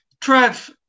Trev